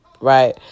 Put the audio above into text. Right